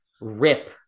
rip